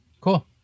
Cool